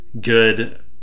good